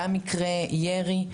גם מקרי ירי.